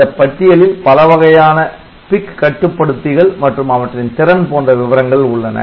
இந்த பட்டியலில் பல வகையான PIC கட்டுப்படுத்திகள் மற்றும் அவற்றின் திறன் போன்ற விவரங்கள் உள்ளன